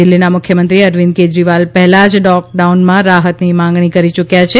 દિલ્હીના મુખ્યમંત્રી અરવિંદ કેજરીવાલ હેલાં જ લોકડાઉનમાં રાહતની માંગણી કરી ચૂક્યા છે